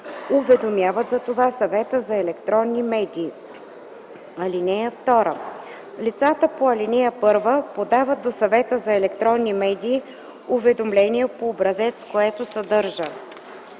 уведомяват за това Съвета за електронни медии. (2) Лицата по ал. 1 подават до Съвета за електронни медии уведомление по образец, което съдържа: